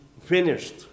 finished